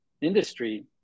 industry